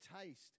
taste